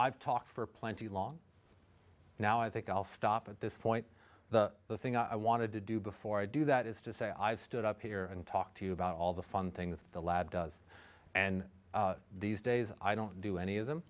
i've talked for plenty long now i think i'll stop at this point the thing i wanted to do before i do that is to say i've stood up here and talk to you about all the fun things the lad does and these days i don't do any of them